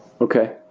Okay